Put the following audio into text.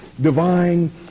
divine